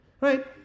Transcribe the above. right